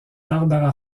barbara